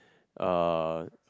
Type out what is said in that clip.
a